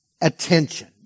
attention